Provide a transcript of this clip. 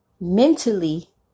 mentally